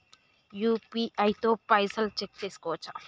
UPI తో పైసల్ check చేసుకోవచ్చా?